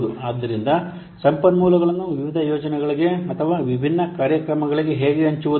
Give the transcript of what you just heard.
ಆದ್ದರಿಂದ ಸಂಪನ್ಮೂಲಗಳನ್ನು ವಿವಿಧ ಯೋಜನೆಗಳಿಗೆ ಅಥವಾ ವಿಭಿನ್ನ ಕಾರ್ಯಕ್ರಮಗಳಿಗೆ ಹೇಗೆ ಹಂಚಬಹುದು